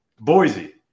Boise